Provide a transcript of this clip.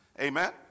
Amen